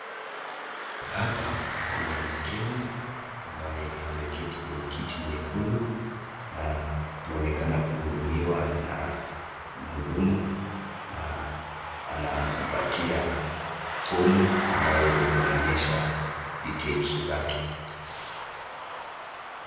Hapa kuna mkenya ambaye ameketi kwenye kiti nyekundu na anaonekana kuhudumiwa na mhudumu na anampatia fomu ambayo inaonyesha details zake.